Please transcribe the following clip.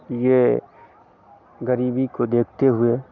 यह गरीबी को देखते हुए